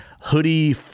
hoodie